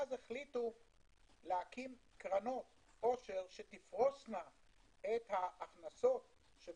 ואז החליטו להקים קרנות עושר שתפרוסנה את ההכנסות המתכלים